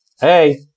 Hey